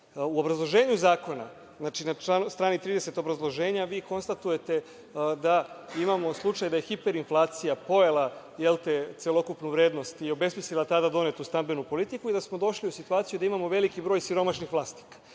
U obrazloženju zakona, na strani 30. obrazloženja vi konstatujete da imamo slučaj da je hiper inflacija pojela celokupnu vrednost i obesmislila tada donetu stambenu politiku i da smo došli u situaciju da imamo veliki broj siromašnih vlasnika. Ja